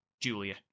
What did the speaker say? Julia